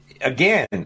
Again